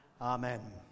Amen